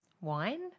Wine